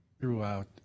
throughout